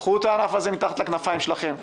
קחו את הענף הזה מתחת לכנפיים שלכם,